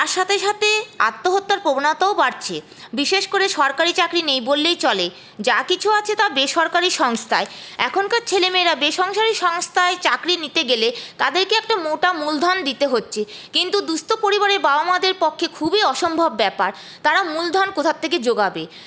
তার সাথে সাথে আত্মহত্যার প্রবণতাও বাড়ছে বিশেষ করে সরকারি চাকরি নেই বললেই চলে যা কিছু আছে তা বেসরকারি সংস্থায় এখনকার ছেলেমেয়েরা বেসংসারি সংস্থায় চাকরি নিতে গেলে তাদেরকে একটা মোটা মূলধন দিতে হচ্ছে কিন্তু দুঃস্থ পরিবারের বাবা মাদের পক্ষে খুবই অসম্ভব ব্যাপার তারা মূলধন কোথার থেকে যোগাবে